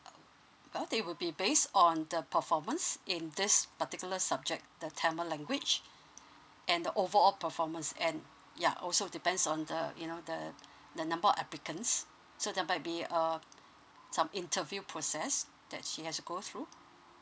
oh well they will be based on the performance in this particular subject the tamil language and the overall performance and ya also depends on the you know the the number of applicants so there might be uh some interview process that she has to go through